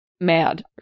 mad